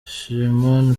shimon